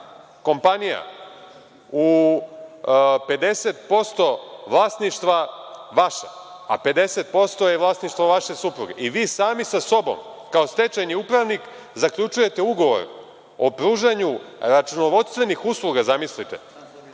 kompanija 50% vlasništva vaša, a 50% je vlasništvo vaše supruge i vi sami sa sobom kao stečajni upravnik zaključujete ugovor o pružanju računovodstvenih usluga kompaniji